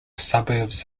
suburbs